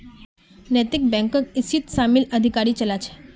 नैतिक बैकक इसीत शामिल अधिकारी चला छे